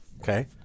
okay